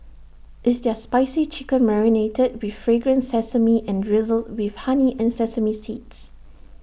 it's their spicy chicken marinated with fragrant sesame and drizzled with honey and sesame seeds